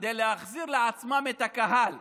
כדי להחזיר לעצמם את הקהל,